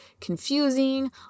confusing